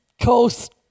Coast